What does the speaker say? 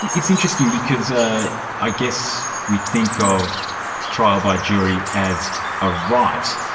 it's interesting because i i guess we think of trial by jury as a right,